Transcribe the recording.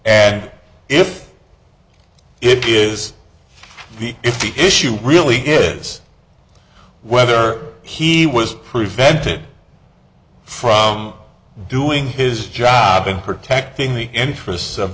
and if it is if the issue really is whether he was prevented from doing his job in protecting the interests of